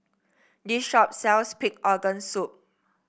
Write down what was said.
this shop sells Pig's Organ Soup